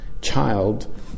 child